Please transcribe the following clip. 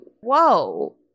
whoa